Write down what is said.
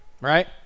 right